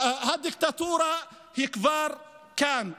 שהדיקטטורה כבר כאן,